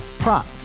Prop